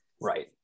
Right